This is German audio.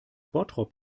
bottrop